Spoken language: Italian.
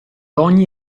ogni